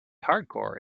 hardcore